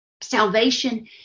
Salvation